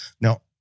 Now